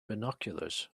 binoculars